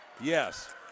Yes